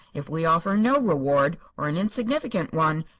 if we offer no reward, or an insignificant one,